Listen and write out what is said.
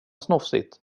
snofsigt